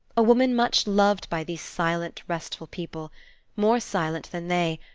a woman much loved by these silent, restful people more silent than they,